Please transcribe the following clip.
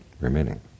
remaining